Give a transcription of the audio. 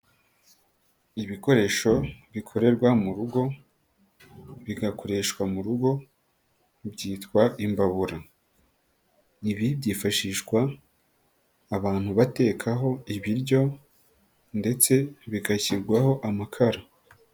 Ibikoresho, bikorerwa mu rugo, bigakoreshwa mu rugo, byitwa imbabura. Ibi byifashishwa, abantu batekaho ibiryo, ndetse bigashyirwaho amakara.